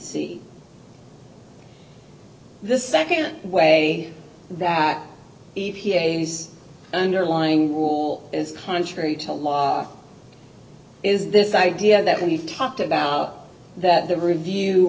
see the second way that underlying rule is contrary to law is this idea that we've talked about that the review